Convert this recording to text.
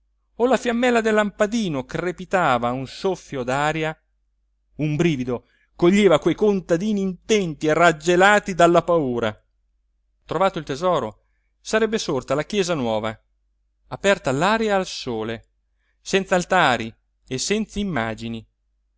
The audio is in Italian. o la fiammella del lampadino crepitava a un soffio d'aria un brivido coglieva quei contadini intenti e raggelati dalla paura trovato il tesoro sarebbe sorta la chiesa nuova aperta all'aria e al sole senz'altari e senz'immagini